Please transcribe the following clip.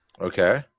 Okay